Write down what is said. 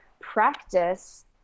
practice